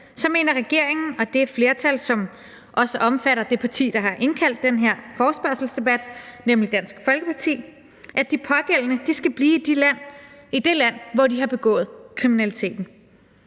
så mener regeringen og det flertal, som også omfatter det parti, der har indkaldt til denne forespørgselsdebat, nemlig Dansk Folkeparti, at de pågældende skal blive i det land, hvor de har begået kriminaliteten.